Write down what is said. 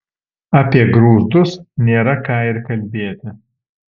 apie grūzdus nėra ką ir kalbėti